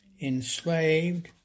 enslaved